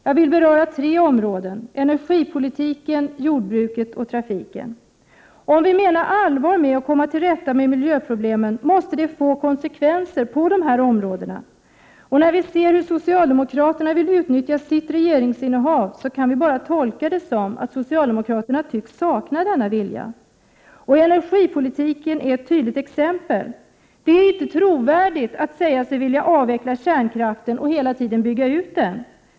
Jag vill beröra tre områden — energipolitiken, jordbruket och trafiken. Om vi menar allvar med att vi vill komma till rätta med miljöproblemen måste det få konsekvenser på dessa områden. När vi ser hur socialdemokraterna vill utnyttja sitt regeringsinnehav, kan vi bara tolka det som att socialdemokraterna tycks sakna denna vilja. Energipolitiken är ett tydligt exempel på viljelösheten. Det är inte trovärdigt att säga sig vilja avveckla kärnkraften och samtidigt hela tiden bygga ut den.